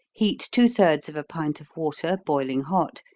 heat two-thirds of a pint of water boiling hot,